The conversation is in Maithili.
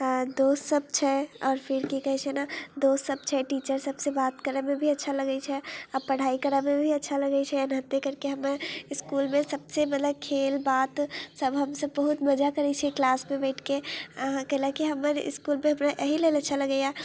अऽ दोस्त सभ छै आओर फिर की कहै छै ने दोस्त सभ छै टीचर सभसँ बात करैमे भी अच्छा लगै छै आओर पढ़ाइ करऽमे भी अच्छा लगै छै एनाहिते करिके हमर इसकुल मे सभसँ मतलब खेल बात सभ हमसभ बहुत मजा करै छियै क्लासमे बैठके अहाँ कैलेकि हमर इसकुलमे हमरा अहि लेल अच्छा लगैए